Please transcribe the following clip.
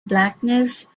blackness